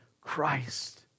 Christ